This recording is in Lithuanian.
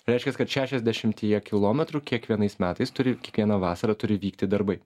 reiškias kad šešiasdešimtyje kilometrų kiekvienais metais turi kiekvieną vasarą turi vykti darbai